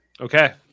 Okay